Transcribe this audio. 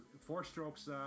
four-strokes